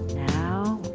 now,